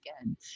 again